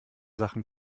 sachen